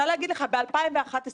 ועוד איך קורים ויקרו.